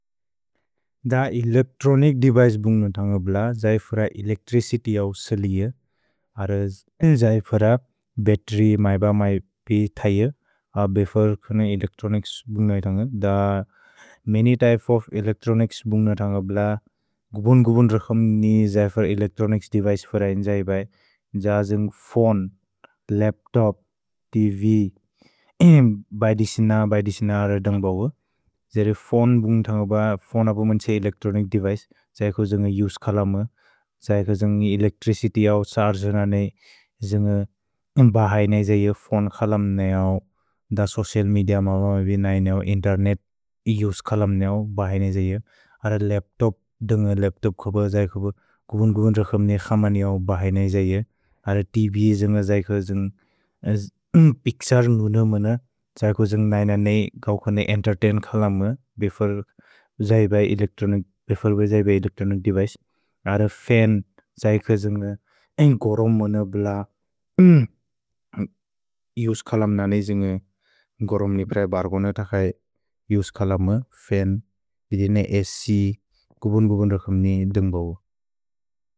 द electronic device बुन्ग्न थन्ग ब्ल, जैफ्र एलेच्त्रिचित्य् औ सलिअ, अर्र एल् जैफ्र बत्तेर्य् मैब मैपि थय। भेफर् कोने एलेच्त्रोनिच्स् बुन्ग्न इथन्ग, the many type of electronics बुन्ग्न थन्ग ब्ल, गुबुन्-गुबुन् रखम्नि जैफ्र एलेच्त्रोनिच्स् देविचे फर इन्जैब जाजुन्ग् फोने, लप्तोप्, त्व्, ऐम् बैदिसि न बैदिसि न अर्र दन्ग् बव। जैफ्र फोने बुन्ग्न थन्ग ब्ल, फोने अप मन् त्सै एलेच्त्रोनिच् देविचे, जैफ्र जुन्ग उसे खलम् म। जैफ्र जुन्ग एलेच्त्रिचित्य् औ छर्गे न नै, जुन्ग बहय् नै जैफ्र फोने खलम् नै औ, द सोचिअल् मेदिअ मौअ मैपि नै नौ इन्तेर्नेत् उसे खलम् नौ बहय् नै जैफ्र। अर्र लप्तोप्, दुन्ग लप्तोप् खब जैफ्र गुबुन्-गुबुन् रखम्नि खमनि औ बहय् नै जैफ्र, अर्र त्व् जुन्ग जैफ्र जुन्ग, पिक्सर् नुन मौन, जैफ्र जुन्ग नैन नै गौ कोने एन्तेर्तैन् खलम् म। भेफर् जैफ्र एलेच्त्रोनिच्, बेफर् बेजैफ्र एलेच्त्रोनिच् देविचे, अर्र फन् जैफ्र जुन्ग, ऐम् गोरोम् मौन ब्ल, उसे खलम् न नै जुन्ग गोरोम् नि बहय् बर् कोने थकय्, उसे खलम् म, फन्, बिदे नै अछ्, गुबुन्-गुबुन् रखम्नि दुन्ग् बव।